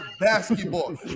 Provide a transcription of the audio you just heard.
basketball